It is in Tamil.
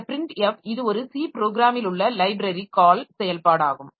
இந்த printf இது ஒரு C ப்ரோக்ராமில் உள்ள லைப்ரரி கால் செயல்பாடாகும்